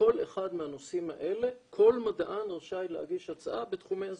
כל אחד מהנושאים האלה כל מדען רשאי להגיש הצעה בתחומי הזקנה.